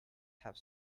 have